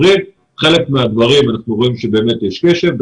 בחלק מהדברים אנחנו רואים שבאמת יש קשב.